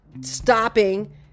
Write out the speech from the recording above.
stopping